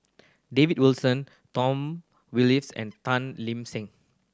David Wilson Tom and Tan Seng